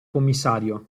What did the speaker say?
commissario